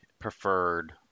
preferred